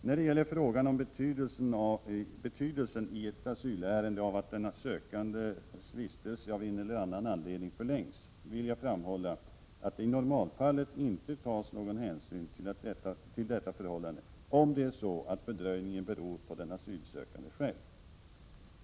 När det gäller frågan om betydelsen i ett asylärende av att den sökandes vistelse av en eller annan anledning förlängs, vill jag framhålla att det i normalfallet inte tas någon hänsyn till detta förhållande, om det är så att fördröjningen beror på den asylsökande själv.